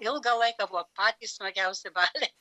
ilgą laiką buvo patys smagiausi baliai